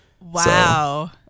Wow